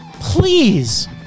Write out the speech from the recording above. Please